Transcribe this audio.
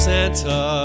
Santa